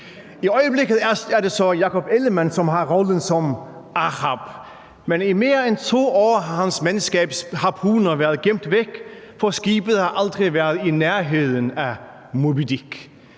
I øjeblikket er det så Jakob Ellemann-Jensen, som har rollen som Ahab. Men i mere end 2 år har hans mandskabs harpuner været gemt væk, for skibet har aldrig været i nærheden af Moby